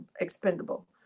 expendable